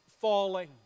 falling